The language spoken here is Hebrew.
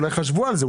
אולי הם חשבו על זה,